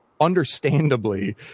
understandably